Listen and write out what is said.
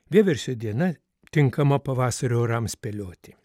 vieversio diena tinkama pavasario orams spėlioti